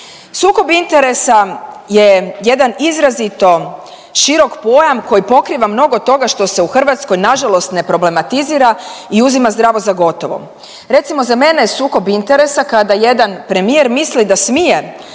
Sukob interesa je jedan izrazito širok pojam koji pokriva mnogo toga što se u Hrvatskoj nažalost ne problematizira i uzima zdravo za gotovo. Recimo za mene je sukob interesa kada jedan premijer misli da smije